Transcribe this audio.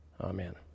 Amen